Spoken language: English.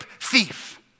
thief